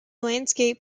landscape